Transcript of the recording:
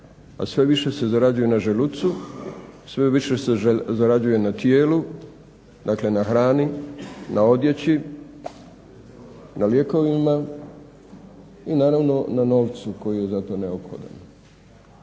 a sve više se zarađuje na želucu, sve više se zarađuje na tijelu, dakle na hrani, na odjeći, na lijekovima i naravno na novcu koji je za to neophodan,